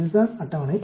இதுதான் அட்டவணை